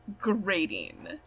grating